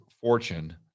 fortune